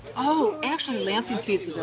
oh, actually, lansing feeds